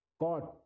God